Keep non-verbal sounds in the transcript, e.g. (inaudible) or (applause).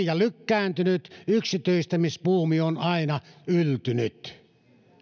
(unintelligible) ja lykkääntynyt yksityistämisbuumi on aina yltynyt